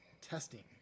testing